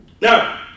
Now